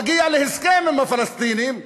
מגיע להסכם עם הפלסטינים,